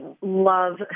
love